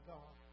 God